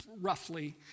roughly